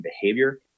behavior